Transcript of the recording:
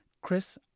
Chris